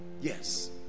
yes